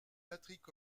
patrick